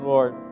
Lord